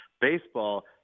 baseball